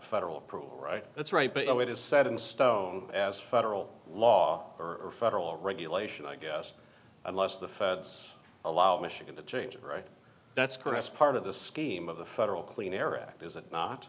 federal probe that's right but you know it is set in stone as federal law or federal regulation i guess unless the feds allowed michigan to change right that's caressed part of the scheme of the federal clean air act is it not